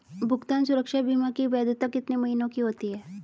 भुगतान सुरक्षा बीमा की वैधता कितने महीनों की होती है?